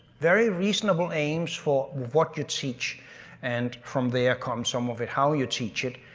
very reasonable aims for what you teach and from there comes some of it how you teach it.